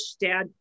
Dad